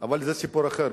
אבל זה סיפור אחר.